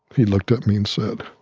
he looked at me and said,